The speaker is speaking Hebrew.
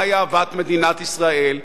מהי אהבת מדינת ישראל,